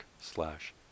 slash